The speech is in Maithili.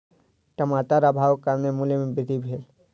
टमाटर अभावक कारणेँ मूल्य में वृद्धि भेल